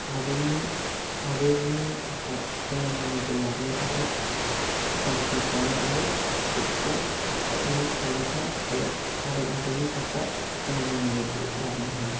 हादरनि थाखाय सनानि मेडेल लाबोनो थाखाय थामथिम खालामो आरो जोबथियाव बेनि फिसाजोफोरा भारत हादरनि थाखाय सनानि मेडेलखौ लाबोनो हायो